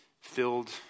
filled